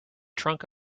trunk